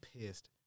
pissed